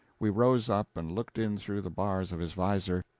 we rose up and looked in through the bars of his visor,